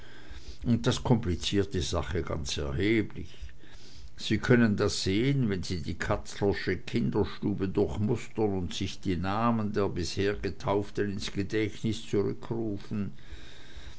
und das kompliziert die sache ganz erheblich sie können das sehen wenn sie die katzlersche kinderstube durchmustern oder sich die namen der bisher getauften ins gedächtnis zurückrufen